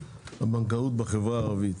הוא הבנקאות בחברה הערבית.